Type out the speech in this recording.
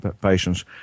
patients